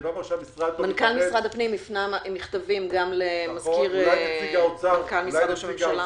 ראיתי שמנכ"ל משרד הפנים הפנה מכתבים גם למנכ"ל משרד הממשלה.